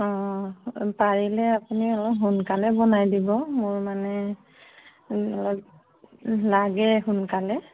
অঁ পাৰিলে আপুনি অলপ সোনকালে বনাই দিব মোৰ মানে লাগে সোনকালে